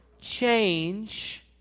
change